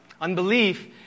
Unbelief